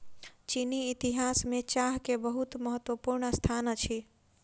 चीनी इतिहास में चाह के बहुत महत्वपूर्ण स्थान अछि